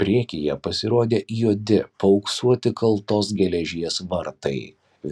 priekyje pasirodė juodi paauksuoti kaltos geležies vartai